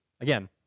Again